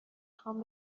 خوام